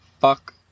fuck